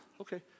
okay